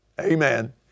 amen